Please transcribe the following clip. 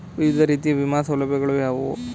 ವಿವಿಧ ರೀತಿಯ ವಿಮಾ ಸೌಲಭ್ಯಗಳು ಯಾವುವು?